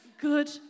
good